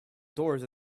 doors